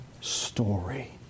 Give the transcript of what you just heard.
story